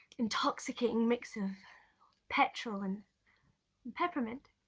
intoxicating mix of petrol and peppermint.